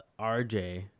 RJ